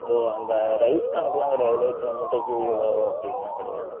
ஓ அந்த ரைஸ் கணக்கெலாம் கிடையாதுல இத்தனை மூட்டைக்கு இவ்வளோ அப்படினுலாம் கிடையாது